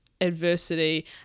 adversity